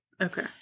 Okay